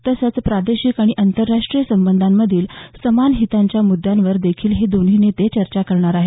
तसंच प्रादेशीक आणि आंतरराष्ट्रीय संबंधांमधील समान हिताच्या मुद्द्यांवर देखील हे दोन्ही नेते चर्चा करणार आहे